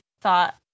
thought